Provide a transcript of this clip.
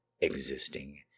existing